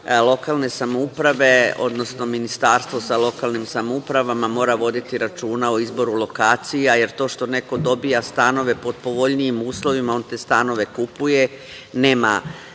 lokalne samouprave, odnosno Ministarstvo sa lokalnim samoupravama mora voditi računa o izboru lokacija, jer to što neko dobija stanove pod povoljnijim uslovima, one te stanove kupuje, nema